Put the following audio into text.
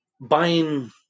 buying